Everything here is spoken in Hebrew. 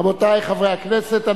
רבותי חברי הכנסת,